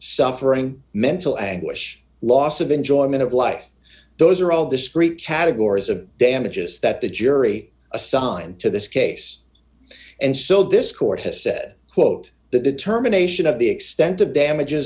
suffering mental anguish loss of enjoyment of life those are all discrete categories of damages that the jury assigned to this case and so this court has said quote the determination of the extent of damages